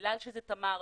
בגלל שזה תמר,